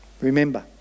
Remember